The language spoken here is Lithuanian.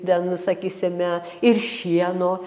ten sakysime ir šieno